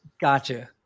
gotcha